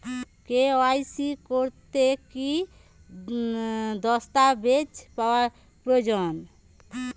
KYC করতে কি দস্তাবেজ প্রয়োজন?